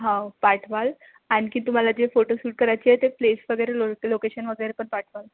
हो पाठवाल आणखी तुम्हाला जे फोटोशूट करायची आहे ते प्लेस वगैरे लोल लोकेशन वगैरे पण पाठवा